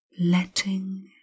Letting